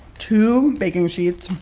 two baking sheets.